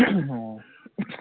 ꯑꯣ